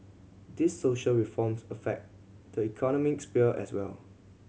these social reforms affect the economic sphere as well